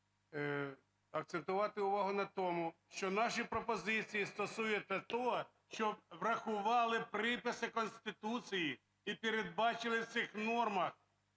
акцентувати увагу на тому, що наші пропозиції стосуються того, щоб врахували приписи Конституції і передбачили в цих нормах